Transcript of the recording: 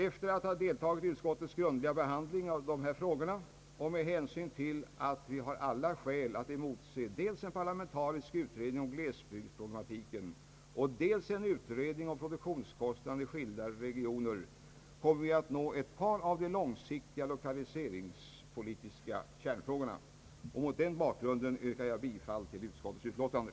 Efter att ha deltagit i utskottets grundliga behandling av dessa frågor och med hänsyn till att vi har alla skäl att emotse dels en parlamentarisk utredning om glesbygdsproblematiken, dels en utredning om produk tionskostnaderna i skilda regioner kommer vi att nå ett par av den långsiktiga lokaliseringspolitikens kärnfrågor. Mot denna bakgrund yrkar jag bifall till utskottets utlåtande.